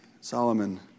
Solomon